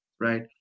right